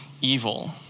evil